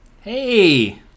Hey